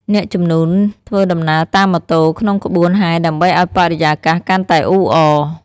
អ្នកជំនូនធ្វើដំណើរតាមម៉ូតូក្នុងក្បួនហែរដើម្បីឲ្យបរិយាកាសកាន់តែអ៊ូអរ។